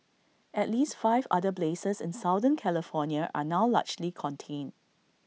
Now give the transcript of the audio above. at least five other blazes in southern California are now largely contained